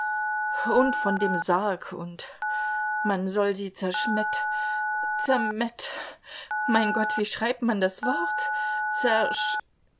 und von dem sarg und man soll sie zerschmett zermet mein gott wie schreibt man das wort